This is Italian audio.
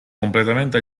completamente